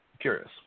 curious